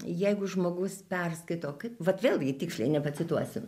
jeigu žmogus perskaito kaip vat vėlgi tiksliai nepacituosiu